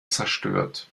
zerstört